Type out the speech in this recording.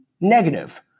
negative